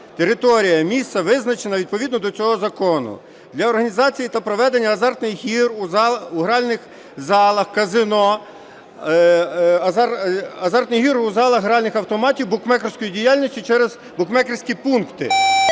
Територія, місце визначено відповідно до цього Закону, для організації та проведення азартних ігор у гральних залах, казино, азартні ігри в залах гральних автоматів букмекерської діяльності через букмекерські пункти".